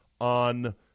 on-